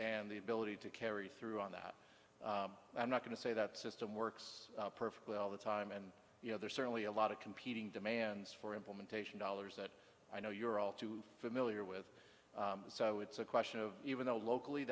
and the ability to carry through on that i'm not going to say that system works perfectly all the time and you know there's certainly a lot of competing demands for implementation dollars that i know you're all too familiar with so it's a question of even though locally